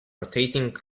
rotating